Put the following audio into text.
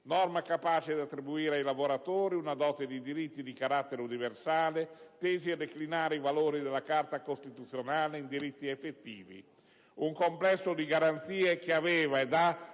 Normativa capace di attribuire ai lavoratori una dote di diritti di carattere universale tesi a declinare i valori della Carta costituzionale in diritti effettivi. Un complesso di garanzie che aveva ed